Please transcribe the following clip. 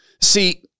See